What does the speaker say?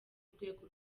rwego